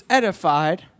edified